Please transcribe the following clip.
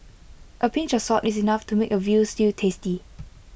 A pinch of salt is enough to make A Veal Stew tasty